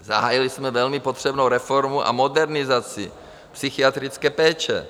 Zahájili jsme velmi potřebnou reformu a modernizaci psychiatrické péče.